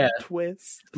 twist